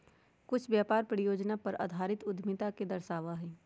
कुछ व्यापार परियोजना पर आधारित उद्यमिता के दर्शावा हई